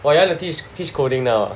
!wah! you wanna teach teach coding now ah